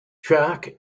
jack